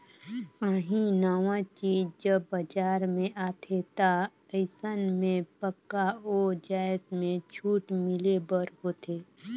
काहीं नावा चीज जब बजार में आथे ता अइसन में पक्का ओ जाएत में छूट मिले बर होथे